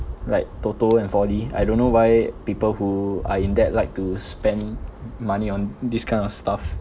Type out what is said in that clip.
like TOTO and four D I don't know why people who are in debt like to spend money on this kind of stuff